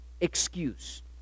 excuse